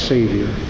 Savior